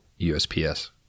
USPS